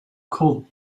called